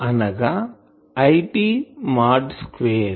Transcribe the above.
అనగా IT mod square